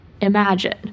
Imagine